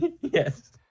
Yes